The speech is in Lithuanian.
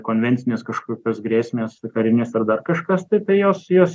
konvencinės kažkokios grėsmės karinės ar dar kažkas tai tai jos jos